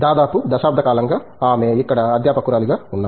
దాదాపు దశాబ్ద కాలంగా ఆమె ఇక్కడ అధ్యాపకురాలిగా ఉన్నారు